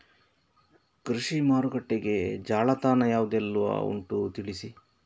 ಕೃಷಿ ಮಾರುಕಟ್ಟೆಗೆ ಜಾಲತಾಣ ಯಾವುದೆಲ್ಲ ಉಂಟು ತಿಳಿಸಿ